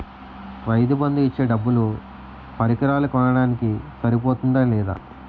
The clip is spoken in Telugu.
రైతు బందు ఇచ్చే డబ్బులు పరికరాలు కొనడానికి సరిపోతుందా లేదా?